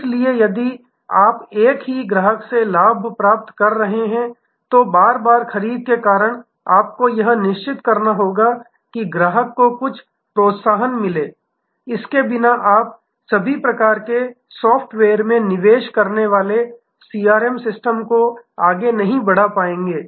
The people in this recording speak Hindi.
इसलिए यदि आप एक ही ग्राहक से लाभ प्राप्त कर रहे हैं तो बार बार खरीद के कारण आपको यह सुनिश्चित करना होगा कि ग्राहक को कुछ प्रोत्साहन मिले इसके बिना आप सभी प्रकार के सॉफ्टवेयर में निवेश करने वाले सीआरएम सिस्टम को आगे नहीं बढ़ा पाएंगे